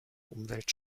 umwelt